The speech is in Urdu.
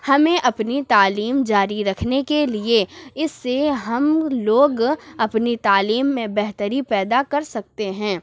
ہمیں اپنی تعلیم جاری رکھنے کے لیے اس سے ہم لوگ اپنی تعلیم میں بہتری پیدا کر سکتے ہیں